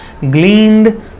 gleaned